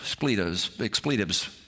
expletives